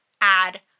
add